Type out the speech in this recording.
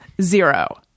zero